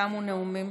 תמו הנאומים